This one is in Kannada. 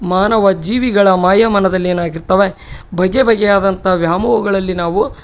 ಮಾನವ ಜೀವಿಗಳ ಮಾಯ ಮನದಲ್ಲೇನಾಗಿರ್ತವೆ ಬಗೆ ಬಗೆಯಾದಂಥ ವ್ಯಾಮೋಹಗಳಲ್ಲಿ ನಾವು